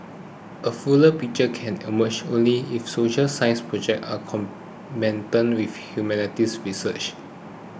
a fuller picture can emerge only if social science projects are complemented with humanities research